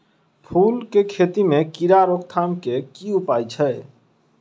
फूल केँ खेती मे कीड़ा रोकथाम केँ की उपाय छै?